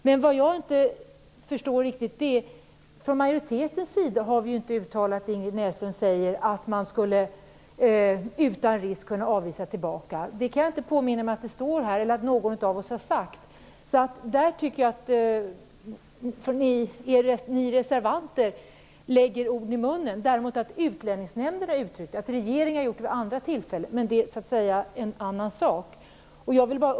Men majoriteten har ju inte uttalat det som Ingrid Näslund talar om, att man utan risk skulle kunna avvisa tillbaka till Iran. Det kan jag inte påminna mig att vi har skrivit eller att någon av oss har sagt. Där tycker jag att ni reservanter lägger ord i munnen på oss som vi inte har uttalat. Däremot har Utlänningsnämnden och regeringen sagt det vid andra tillfällen, men det är en annan sak.